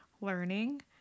learning